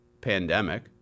pandemic